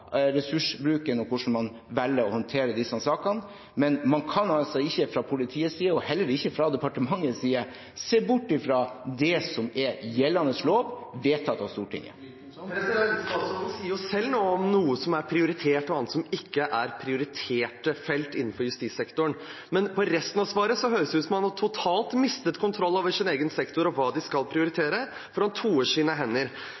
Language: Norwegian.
ressursbruken og hvordan man velger å håndtere disse sakene. Men man kan ikke fra politiets side – og heller ikke fra departementets side – se bort fra det som er gjeldende lov, vedtatt av Stortinget. Statsråden sier jo selv nå noe om hva som er prioritert, og hva annet som ikke er prioriterte felter innenfor justissektoren. Men på resten av svaret høres det ut som om han totalt har mistet kontrollen over sin egen sektor og hva de skal prioritere, for han toer sine hender.